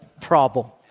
problem